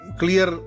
clear